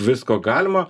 visko galima